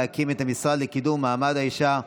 להקים את המשרד לקידום מעמד האישה,